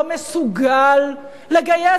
לא מסוגל לגייס,